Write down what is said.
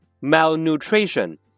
Malnutrition